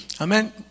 Amen